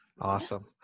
Awesome